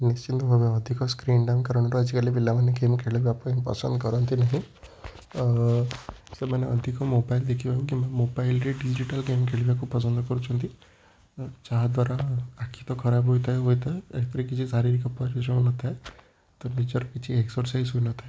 ନିଶ୍ଚିନ୍ତ ଭାବେ ଅଧିକ ସ୍କ୍ରିନ୍ ଟାଇମ୍ କାରଣରୁ ଆଜିକାଲି ପିଲାମାନେ ଗେମ୍ ଖେଳିବା ପାଇଁ ପସନ୍ଦ କରନ୍ତି ନାହିଁ ସେମାନେ ଅଧିକ ମୋବାଇଲ୍ ଦେଖିବାକୁ କିମ୍ବା ମୋବାଇଲ୍ରେ ଡିଜିଟାଲ୍ ଗେମ୍ ଖେଳିବାକୁ ପସନ୍ଦ କରୁଛନ୍ତି ଯାହାଦ୍ୱାରା ଆଖି ତ ଖରାପ ହୋଇଥାଏ ହୋଇଥାଏ ଏଥିରେ କିଛି ଶାରୀରିକ ପରିଶ୍ରମ ନଥାଏ ତ ନିଜର କିଛି ଏକ୍ସରସାଇଜ୍ ହୋଇନଥାଏ